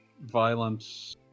violence